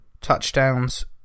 Touchdowns